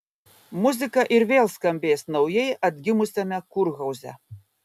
muzika ir vėl skambės naujai atgimusiame kurhauze